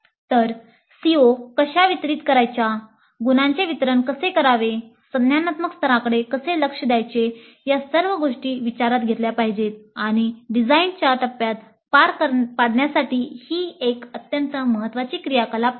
तर CO कशा वितरित करायच्या गुणांचे वितरण कसे करावे संज्ञानात्मक स्तराकडे कसे लक्ष द्यायचे या सर्व गोष्टी विचारात घेतल्या पाहिजेत आणि डिझाइनच्या टप्प्यात पार पाडण्यासाठी ही एक अत्यंत महत्त्वाची क्रियाकलाप आहे